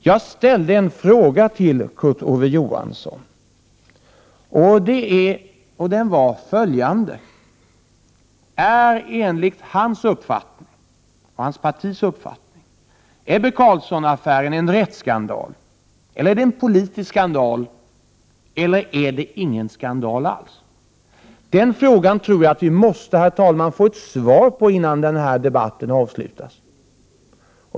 Jag ställde en fråga till Kurt Ove Johansson om enligt hans och hans partis uppfattning Ebbe Carlsson-affären är en rättsskandal, en politisk skandal eller ingen skandal alls. Den frågan tror jag att vi, herr talman, måste få ett svar på innan den här debatten avslutas.